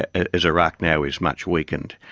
as iraq now is much weakened,